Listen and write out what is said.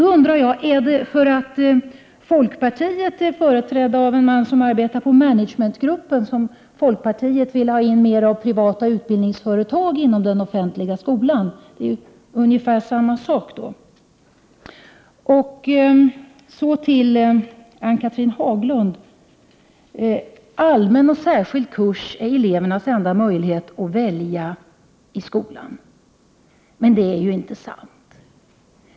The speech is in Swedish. Då undrar jag: Är det därför att folkpartiet är företrätt av en man som arbetar på Managementgruppen som folkpartiet vill ha in mer av privata utbildningsföretag i den offentliga skolan? Det är ju ungefär samma sak. Så till Ann-Cathrine Haglund. Elevernas enda möjlighet att välja i skolan är att välja mellan allmän och särskild kurs, säger Ann-Cathrine Haglund. Det är inte sant.